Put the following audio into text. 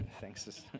Thanks